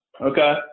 Okay